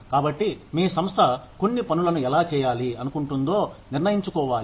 కాబట్టి మీ సంస్థ కొన్ని పనులను ఎలా చేయాలి అనుకుంటుందో నిర్ణయించుకోవాలి